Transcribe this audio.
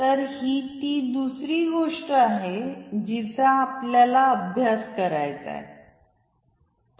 तर ही ती दुसरी गोष्ट आहे जिचा आपल्याला अभ्यास करायाचाय